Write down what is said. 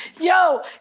yo